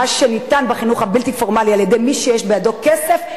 מה שניתן בחינוך הבלתי-פורמלי על-ידי מי שיש בידו כסף,